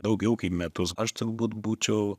daugiau kaip metus aš turbūt būčiau